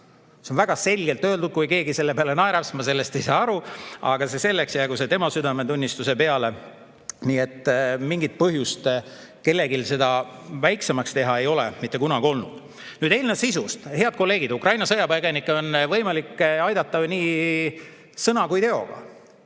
See on väga selgelt öeldud. Kui keegi selle peale naerab, siis ma ei saa sellest aru. Aga see selleks, jäägu see tema südametunnistusele. Nii et mingit põhjust kellelgi seda väiksemaks teha ei ole mitte kunagi olnud. Nüüd eelnõu sisust. Head kolleegid! Ukraina sõjapõgenikke on võimalik aidata nii sõna kui teoga.